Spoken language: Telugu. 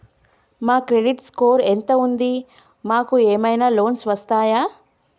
మా క్రెడిట్ స్కోర్ ఎంత ఉంది? మాకు ఏమైనా లోన్స్ వస్తయా?